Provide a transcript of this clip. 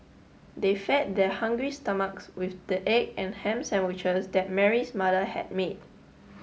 they fed their hungry stomachs with the egg and ham sandwiches that Mary's mother had made